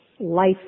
Life